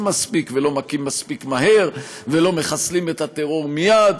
מספיק ולא מכים מספיק מהר ולא מחסלים את הטרור מייד.